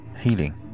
Healing